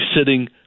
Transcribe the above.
sitting